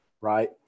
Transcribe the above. Right